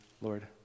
Lord